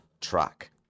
track